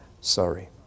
Sorry